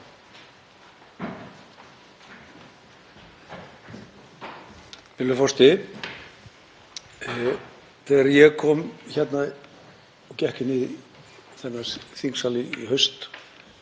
Þegar ég kom hingað og gekk inn í þennan þingsal í haust